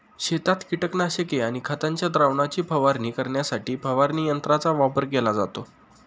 शेतात कीटकनाशके आणि खतांच्या द्रावणाची फवारणी करण्यासाठी फवारणी यंत्रांचा वापर केला जातो